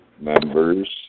members